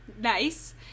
nice